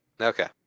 Okay